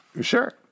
Sure